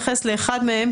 אני רוצה להתייחס לאחד מהם